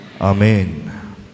Amen